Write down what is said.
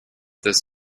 this